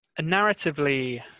narratively